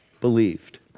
believed